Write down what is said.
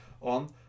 on